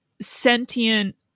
sentient